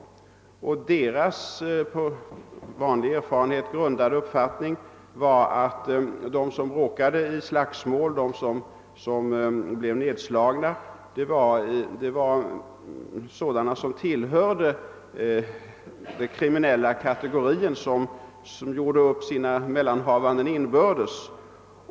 Polismännens på långvarig erfarenhet grundade uppfattning var att de personer som råkade i slagsmål och som blev nedslagna var just sådana som tillhörde den kriminella kategorin, den kategori som gjorde upp sina mellanhavanden inbördes.